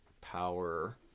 power